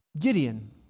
Gideon